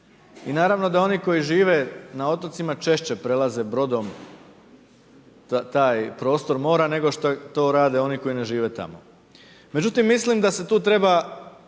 I naravno, da oni koji žive na otocima, češće prelaze brodom taj prostor mora, nego to rade oni koji ne žive tamo. Međutim, mislim da se tu treba